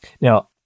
Now